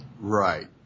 Right